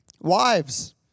Wives